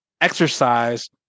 exercise